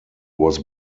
was